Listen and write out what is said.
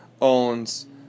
owns